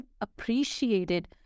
appreciated